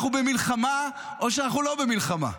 אנחנו במלחמה או שאנחנו לא במלחמה?